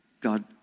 God